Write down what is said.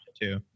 two